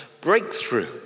breakthrough